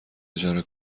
اجاره